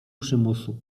przymusu